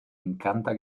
encanta